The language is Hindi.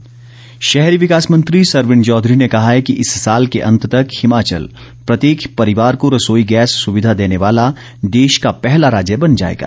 सरवीण शहरी विकास मंत्री सरवीण चौधरी ने कहा है कि इस साल के अंत तक हिमाचल प्रत्येक परिवार को रसोई गैस सुविधा देने वाला देश का पहला राज्य बन जाएगा